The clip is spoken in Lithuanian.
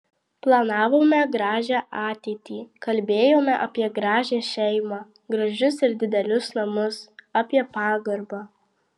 planavome gražią ateitį kalbėjome apie gražią šeimą gražius ir didelius namus apie pagarbą